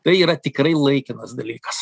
tai yra tikrai laikinas dalykas